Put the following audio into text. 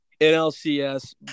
NLCS